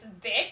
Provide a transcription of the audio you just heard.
dick